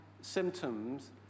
symptoms